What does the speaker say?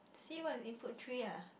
see what is input three ah